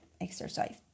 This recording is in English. exercise